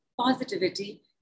positivity